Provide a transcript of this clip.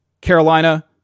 Carolina